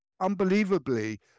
unbelievably